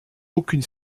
aucune